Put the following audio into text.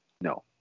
no